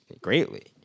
greatly